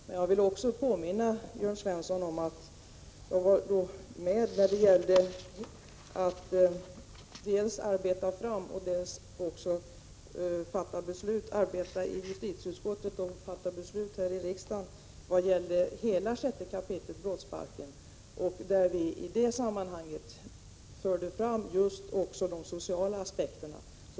Men jag vill också påminna Jörn Svensson om att jag var med om att dels arbeta i justitieutskottet, dels fatta beslut här i riksdagen när det gällde hela 6 kap. brottsbalken. I det sammanhanget förde vi också fram just de sociala aspekterna.